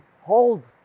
hold